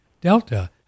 delta